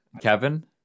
Kevin